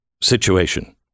situation